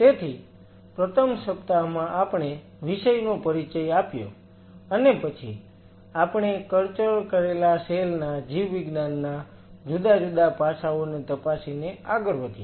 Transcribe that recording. તેથી પ્રથમ સપ્તાહમાં આપણે વિષયનો પરિચય આપ્યો અને પછી આપણે કલ્ચર કરેલા સેલ ના જીવવિજ્ઞાનના જુદા જુદા પાસાઓને તપાસીને આગળ વધ્યા